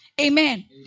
Amen